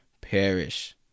perish